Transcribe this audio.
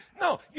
No